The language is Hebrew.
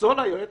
יפסול היועץ